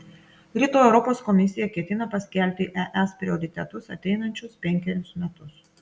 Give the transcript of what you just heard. rytoj europos komisija ketina paskelbti es prioritetus ateinančius penkerius metus